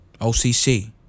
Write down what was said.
OCC